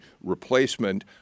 replacement